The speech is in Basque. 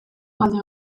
alde